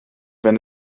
wenn